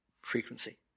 frequency